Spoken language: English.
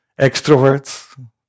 Extroverts